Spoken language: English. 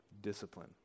discipline